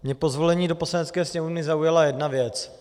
Mě po zvolení do Poslanecké sněmovny zaujala jedna věc.